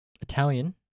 Italian